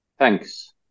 Thanks